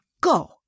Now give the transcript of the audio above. go